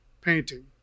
painting